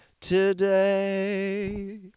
today